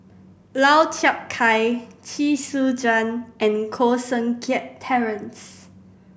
Lau Chiap Khai Chee Soon Juan and Koh Seng Kiat Terence